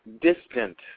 distant